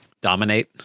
dominate